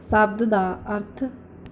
ਸ਼ਬਦ ਦਾ ਅਰਥ